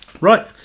right